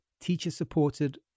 teacher-supported